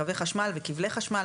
קווי חשמל וכבלי חשמל,